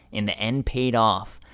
in the end paid off.